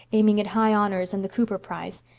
aiming at high honors and the cooper prize,